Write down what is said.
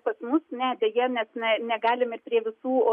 pas mus ne deja mes ne negalime prie visų